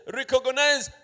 recognize